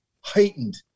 heightened